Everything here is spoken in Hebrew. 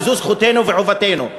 וזו זכותנו וחובתנו.